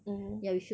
mmhmm